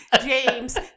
James